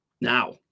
Now